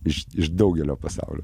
iš iš daugelio pasaulio